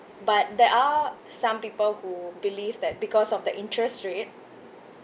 but there are some people who believe that because of the interest rate